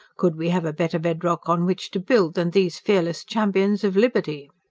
could we have a better bedrock on which to build than these fearless champions of liberty?